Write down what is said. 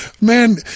Man